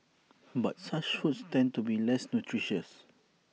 but such foods tend to be less nutritious